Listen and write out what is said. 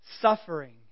Suffering